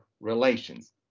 relations